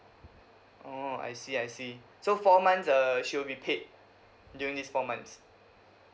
orh I see I see so four months err she will be paid during these four months